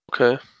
Okay